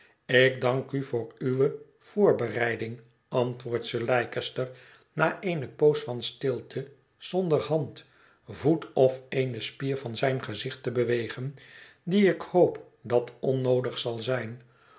ik dank u voor uwe voorbereiding antwoordt sir leicester na eene poos van stilte zonder hand voet of eene spier van zijn gezicht te bewegen die ik hoop dat onnoodig zal zijn